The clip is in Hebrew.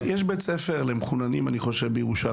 יש בית ספר למחוננים בירושלים.